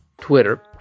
Twitter